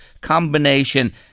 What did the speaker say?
combination